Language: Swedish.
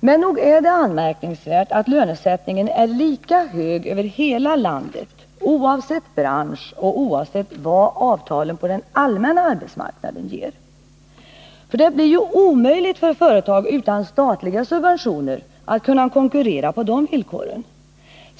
Men nog är det anmärkningsvärt att lönesättningen är lika hög över hela landet, oavsett bransch och oavsett vad avtalen på den allmänna arbetsmarknaden ger. Det blir ju omöjligt för företag utan statliga subventioner att konkurrera på de villkoren.